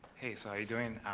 hey, so how are you doing?